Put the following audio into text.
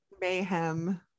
Mayhem